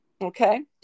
okay